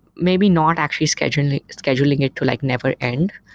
maybe not actually scheduling scheduling it to like never end.